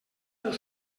del